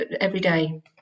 everyday